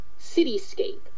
cityscape